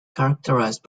characterised